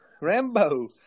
Rambo